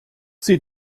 sie